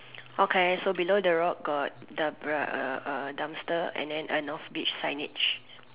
okay so below the rock got the br~ uh uh dumpster and then a Northbridge signage